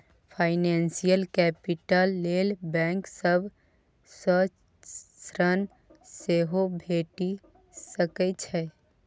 financial capital लेल bank सब सँ ऋण सेहो भेटि सकै छै